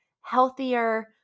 healthier